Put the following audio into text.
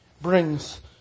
brings